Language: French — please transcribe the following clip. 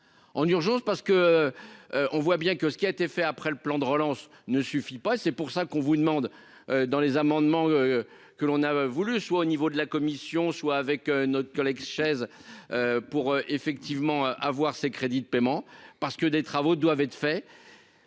en urgence parce que on voit bien que ce qui a été fait après le plan de relance ne suffit pas, c'est pour ça qu'on vous demande dans les amendements que l'on a voulu, soit au niveau de la Commission, soit avec notre collègue chaise pour effectivement avoir ses crédits de paiement parce que des travaux doivent être faits